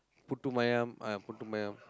Putu-Mayam ah Putu-Mayam